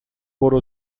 برو